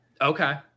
Okay